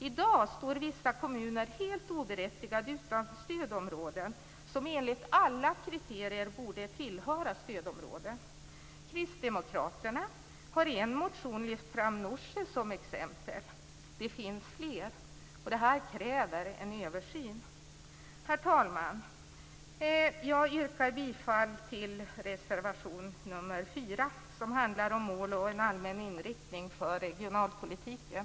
I dag står vissa kommuner helt oberättigat utanför stödområden som enligt alla kriterier borde tillhöra ett stödområde. Kristdemokraterna har i en motion lyft fram Norsjö som exempel, och det finns fler. Det kräver en översyn. Herr talman! Jag yrkar bifall till reservation nr 4 som handlar om mål och en allmän inriktning för regionalpolitiken.